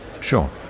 Sure